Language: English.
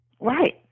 Right